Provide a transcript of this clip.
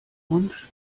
wunsch